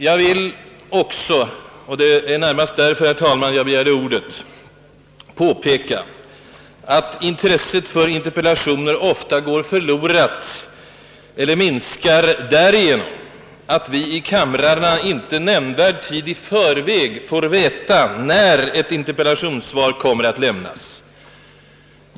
Jag vill också det är närmast därför, herr talman, jag begärde ordet — påpeka att intresset för interpellationer ofta går förlorat eller minskar därför att vi i kamrarna inte nämnvärd tid i förväg får veta när ett interpellationssvar kommer att lämnas.